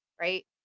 right